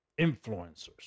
Influencers